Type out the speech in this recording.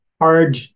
hard